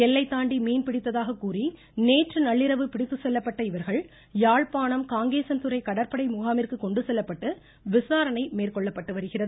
எல்லைத்தாண்டி மீன் பிடித்ததாக கூறி நேற்று நள்ளிரவு பிடித்து செல்லப்பட்ட யாழ்ப்பானம் காங்கேசன்துறை கடற்படை இவர்கள் முகாமிற்கு கொண்டுசெல்லப்பட்டு விசாரணை மேற்கொள்ளப்பட்டு வருகிறது